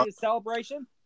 celebration